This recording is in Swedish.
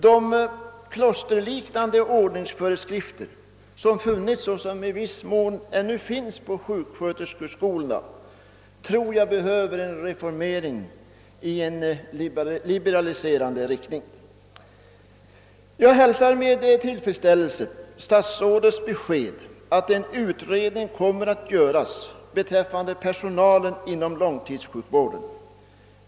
De klosterliknande ordningsföreskrifter som har funnits och i viss mån ännu finns på sjuksköterskeskolorna tror jag behöver reformeras i liberaliserande riktning. Jag hälsar med tillfredsställelse statsrådets besked att en utredning kommer att göras beträffande personalen inom långtidssjukvården.